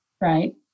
right